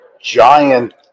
giant